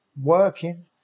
working